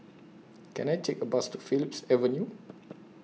Can I Take A Bus to Phillips Avenue